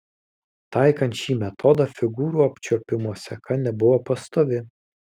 taikant šį metodą figūrų apčiuopimo seka nebuvo pastovi